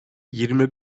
yirmi